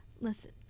Listen